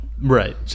Right